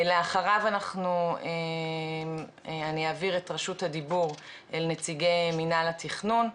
לאחריו אני אעביר את רשות הדיבור אל נציגי מינהל התכנון,